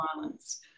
violence